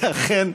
ואכן,